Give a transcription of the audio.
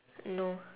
no